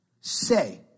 say